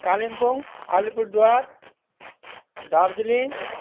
Kalimpong Alipurduar Darjeeling